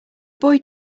boy